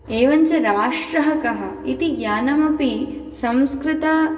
एवञ्च राष्ट्रः कः इति ज्ञानम् अपि संस्कृत